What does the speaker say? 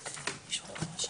בטח ובטח ניצולי